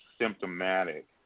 symptomatic